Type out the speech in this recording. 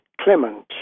Clement